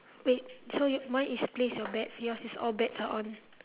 wait so your mine is place your bets yours is all bets are on